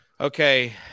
Okay